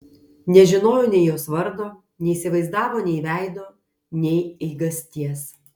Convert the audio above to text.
nežinojo nei jos vardo neįsivaizdavo nei veido nei eigasties